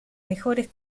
mejores